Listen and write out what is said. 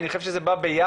אני חושב שזה בא ביחד.